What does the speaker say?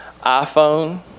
iPhone